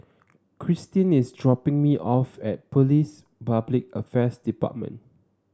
Krysten is dropping me off at Police Public Affairs Department